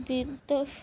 with